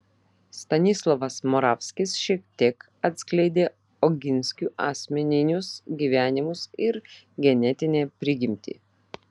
stanislovas moravskis šiek tiek atskleidė oginskių asmeninius gyvenimus ir genetinę prigimtį